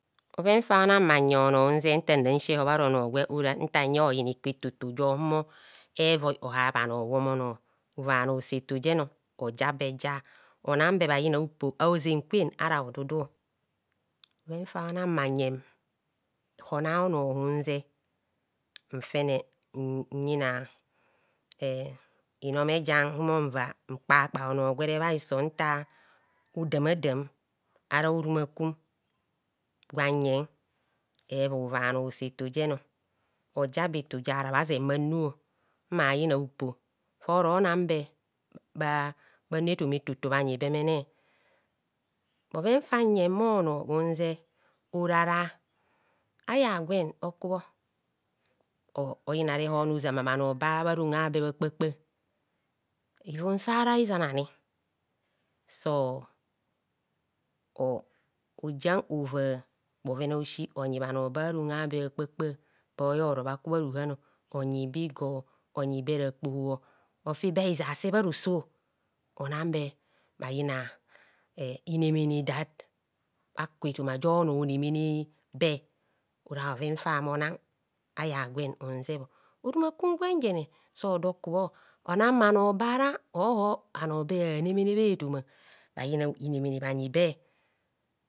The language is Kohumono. Bhoven fa bhona nye onor unze ntana nsi eho ara onor gwe ora ntanye oyina ikor etoto je voi ohar bhano owomono ova bhanor ose eto jeno oja be eja ona be wayina bhupo a'ozen kwen ara hodudu, bhoven fabhona mma yen hona onor mmaunzep nfene nyina e inome ja nhumo nva mkpakpa onor gwere bhaiso nta odamadam ava orumakum kwanye evoi ova bhanor ose etojen oja be efo ja rabhazen bhanu mmayina bhupo foronambe bhanu efoma etoto bhayi bemene bhoven fanye bhono bhunze ora ra aya gwen okubho o oyina rehonor ozama bhanor ba bharomba be bha kpa kpa hivun sara izanani so o ojian ova bhoven a'osi onyi bhano ba bha rom a'be bhakpakpa bo yo ro bha ku bha ruhan oyibe igor onyi be rakpoho ofi be izase bha- roso ona be bhayina inemene dat bhaku etoma jo no onemenebe ora bhoven fabhona aya gwen unzebho orumakum gwenjene so do kubho ona bhano bara hobo bhano be habhanemene bhetoma bhayina inemene bhayibe.